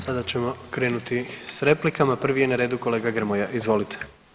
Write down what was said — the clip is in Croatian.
Sada ćemo krenuti s replikama, prvi je na redu kolega Grmoja, izvolite.